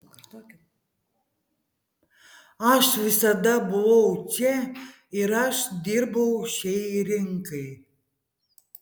aš visada buvau čia ir aš dirbau šiai rinkai